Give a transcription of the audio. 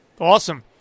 awesome